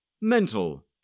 Mental